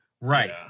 Right